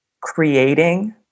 creating